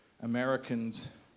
Americans